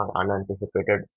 unanticipated